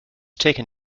taken